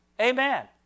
Amen